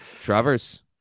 Travers